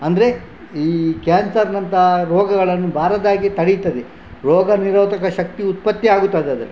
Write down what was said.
ಅಂದರೆ ಈ ಕ್ಯಾನ್ಸರ್ನಂತಹ ರೋಗಗಳನ್ನು ಬಾರದ ಹಾಗೆ ತಡೀತದೆ ರೋಗ ನಿರೋಧಕ ಶಕ್ತಿ ಉತ್ಪತ್ತಿ ಆಗುತ್ತದೆ ಅದರಲ್ಲಿ